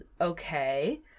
Okay